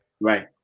Right